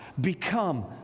Become